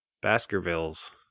Baskervilles